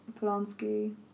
Polanski